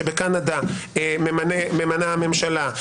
שבקנדה ממנה הממשלה,